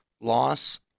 loss